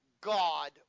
God